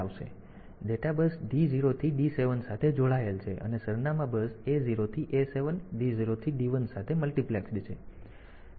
તેથી data bus D 0 થી D 7 સાથે જોડાયેલ છે અને સરનામાં બસ લાઇન A 0 થી A 7 D 0 થી D 7 સાથે મલ્ટિપ્લેક્સ્ડ છે